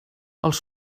els